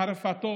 הרפתות,